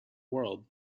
world